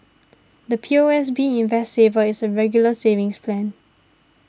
the P O S B Invest Saver is a Regular Savings Plan